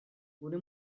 gure